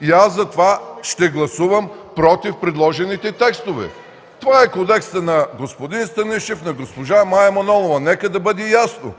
И затова ще гласувам против подложените текстове. Това е Кодексът на господин Станишев, на госпожа Мая Манолова. Нека да бъде ясно.